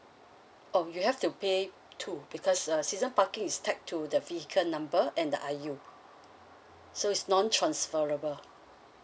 oh you have to pay too because uh season parking is tied to the vehicle number and the I_U so is non transferable